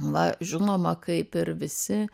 na žinoma kaip ir visi